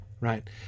Right